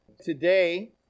Today